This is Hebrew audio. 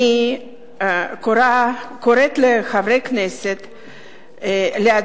אני קוראת לחברי הכנסת להצביע,